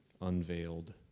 unveiled